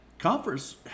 Conference